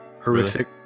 Horrific